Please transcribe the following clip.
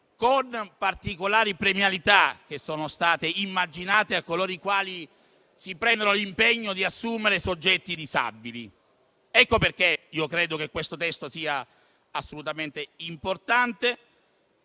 con particolari premialità che sono state immaginate per quanti si prendono l'impegno di assumere soggetti disabili. Per questo credo che questo testo sia assolutamente importante.